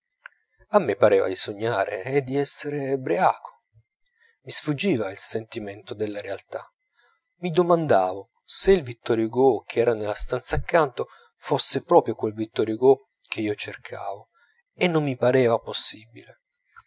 a me pareva di sognare o di essere briaco mi sfuggiva il sentimento della realtà mi domandavo se il vittor hugo ch'era nella stanza accanto fosse proprio quel vittor hugo che io cercavo e non mi pareva possibile